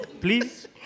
please